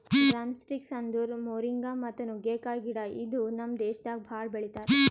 drumsticks ಅಂದುರ್ moringa ಮತ್ತ ನುಗ್ಗೆಕಾಯಿ ಗಿಡ ಇದು ನಮ್ ದೇಶದಾಗ್ ಭಾಳ ಬೆಳಿತಾರ್